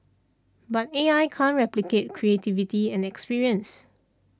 but A I can't replicate creativity and experience